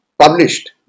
published